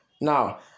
Now